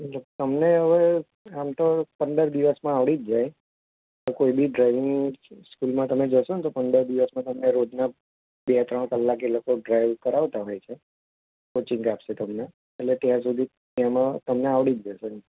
જો તમને હવે આમ તો પંદર દિવસમાં આવડી જ જાય તો કોઇ બી ડ્રાઇવિંગ સ્કૂલમાં તમે જશો ને તો પંદર દિવસમાં તમને રોજના બે ત્રણ કલાક એ લોકો ડ્રાઇવિંગ કરાવતા હોય છે પછી જ આપશે તમને એટલે ત્યાર સુધી એમાં તમને આવડી જ જશે એમ